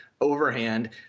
Overhand